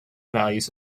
values